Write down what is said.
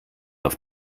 auf